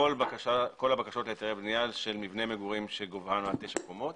כל הבקשות להיתרי הבנייה של מבני המגורים שגובהם עד תשע קומות,